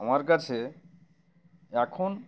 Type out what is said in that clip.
আমার কাছে এখন